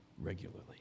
regularly